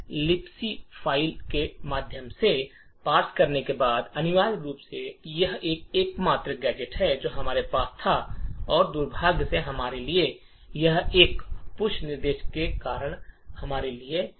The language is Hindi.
लिबक फ़ाइल के माध्यम से पार्स करने के बाद अनिवार्य रूप से यह एकमात्र गैजेट है जो हमारे पास था और दुर्भाग्य से हमारे लिए यह इस अतिरिक्त पुश निर्देश के कारण हमारे लिए जटिल चीजें हैं